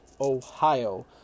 Ohio